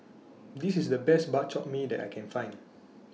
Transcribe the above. This IS The Best Bak Chor Mee that I Can Find